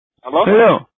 Hello